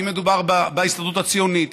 אם מדובר בהסתדרות הציונית,